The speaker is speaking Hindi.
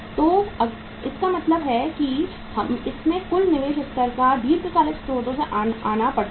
तो इसका मतलब है कि इसमें कुल निवेश स्तर को दीर्घकालिक स्रोतों से आना पड़ता है